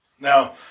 Now